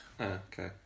okay